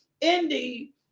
indeed